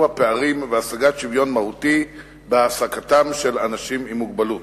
הפערים והשגת שוויון מהותי בהעסקתם של אנשים עם מוגבלות.